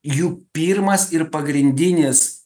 jų pirmas ir pagrindinis